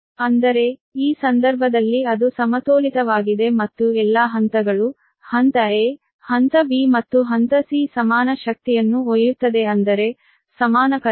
ಅಂದರೆ ಈ ಸಂದರ್ಭದಲ್ಲಿ ಅದು ಸಮತೋಲಿತವಾಗಿದೆ ಮತ್ತು ಎಲ್ಲಾ ಹಂತಗಳು ಹಂತ a ಹಂತ b ಮತ್ತು ಹಂತ c ಸಮಾನ ಶಕ್ತಿಯನ್ನು ಒಯ್ಯುತ್ತದೆ ಅಂದರೆ ಸಮಾನ ಕರೆಂಟ್